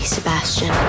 Sebastian